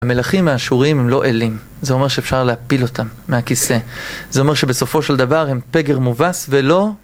המלכים האשוריים הם לא אלים, זה אומר שאפשר להפיל אותם מהכיסא. זה אומר שבסופו של דבר הם פגר מובס ולא...